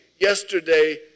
yesterday